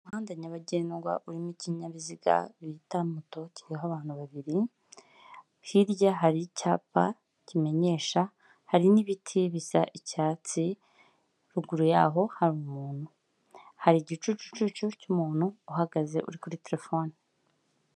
Umuhanda nyabagendwa urimo ikinyabiziga bita moto, kiriho abantu babiri. hirya hari icyapa kimenyesha, hari n'ibiti byicyatsi. ruguru yaho hari umuntu, hari igicucu cy'umuntu uhagaze uri kuri terefone.